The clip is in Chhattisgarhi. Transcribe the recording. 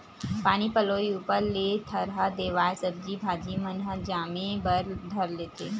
पानी पलोय ऊपर ले थरहा देवाय सब्जी भाजी मन ह जामे बर धर लेथे